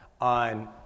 on